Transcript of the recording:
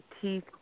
teeth